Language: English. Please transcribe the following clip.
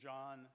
John